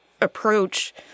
approach